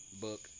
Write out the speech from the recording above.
book